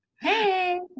hey